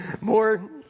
more